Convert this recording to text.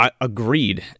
Agreed